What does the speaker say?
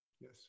Yes